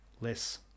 less